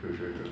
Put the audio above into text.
true true true